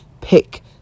pick